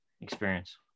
experience